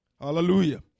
Hallelujah